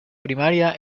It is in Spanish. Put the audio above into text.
primaria